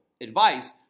advice